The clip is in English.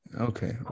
Okay